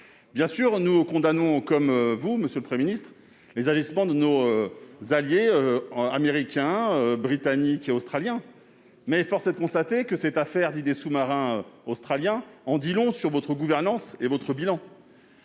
Bien sûr, nous condamnons, comme vous, les agissements de nos alliés américains, britanniques et australiens, mais force est de constater que cette affaire dite des sous-marins australiens en dit long sur votre gouvernance et votre bilan.